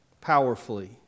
powerfully